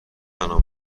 انعام